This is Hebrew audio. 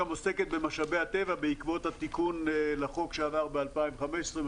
עוסקת במשאבי הטבע בעקבות התיקון לחוק שעבר ב-2015,